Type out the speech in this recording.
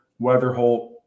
Weatherholt